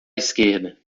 esquerda